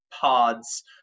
pods